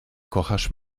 kochasz